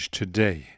today